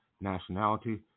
nationality